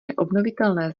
neobnovitelné